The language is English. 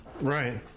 Right